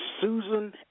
Susan